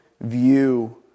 view